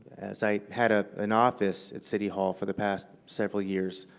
as i had ah an office at city hall for the past several years,